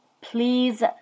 please